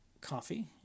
coffee